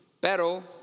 Pero